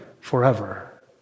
forever